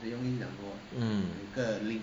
mm